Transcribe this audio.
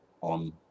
On